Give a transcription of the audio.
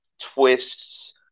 twists